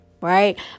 Right